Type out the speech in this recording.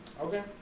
Okay